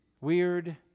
weird